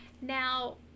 now